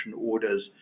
orders